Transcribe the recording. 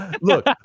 look